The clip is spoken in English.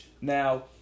Now